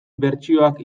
bertsioak